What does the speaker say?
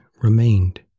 remained